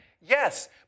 Yes